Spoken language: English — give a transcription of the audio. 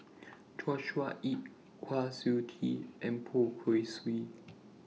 Joshua Ip Kwa Siew Tee and Poh Kay Swee